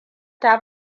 ta